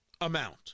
amount